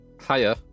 higher